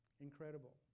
Incredible